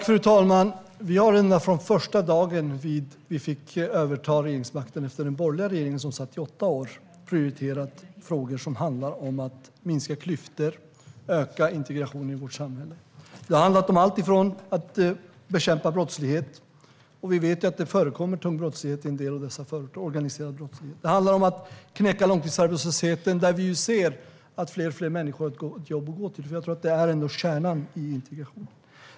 Fru talman! Vi har sedan första dagen när vi övertog regeringsmakten efter den borgerliga regeringen, som satt i åtta år, prioriterat frågor som handlar om att minska klyftor och öka integrationen i vårt samhälle. Det har handlat om att bekämpa brottslighet. Vi vet att det förekommer tung brottslighet i en del av dessa förorter. Det är organiserad brottslighet. Det handlar om att knäcka långtidsarbetslösheten. Vi ser att fler och fler människor har ett jobb att gå till - jag tror ändå att det är kärnan i integrationen.